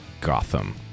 Gotham